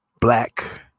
Black